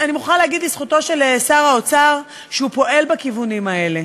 אני מוכרחה לומר לזכותו של שר האוצר שהוא פועל בכיוונים האלה,